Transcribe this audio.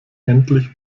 endlich